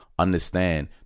Understand